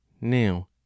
now